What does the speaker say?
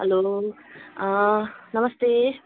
hello नमस्ते